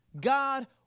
God